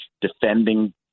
defending